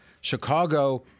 Chicago